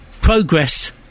progress